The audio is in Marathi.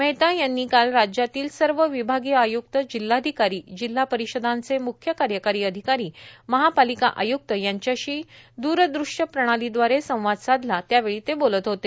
मेहता यांनी काल राज्यातले सर्व विभागीय आय्क्त जिल्हाधिकारी जिल्हा परिषदांचे मुख्य कार्यकारी अधिकारी महापालिका आय्क्त यांच्याशी द्रदृश्यप्रणालीद्वारे संवाद साधला त्यावेळी ते बोलत होते